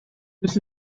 this